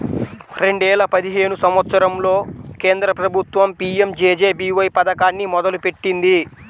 రెండేల పదిహేను సంవత్సరంలో కేంద్ర ప్రభుత్వం పీయంజేజేబీవై పథకాన్ని మొదలుపెట్టింది